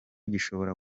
gishobora